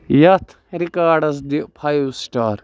یَتھ records the five star